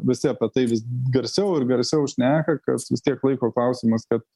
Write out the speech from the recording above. visi apie tai vis garsiau ir garsiau šneka kas vis tiek laiko klausimas kad